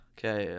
Okay